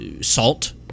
salt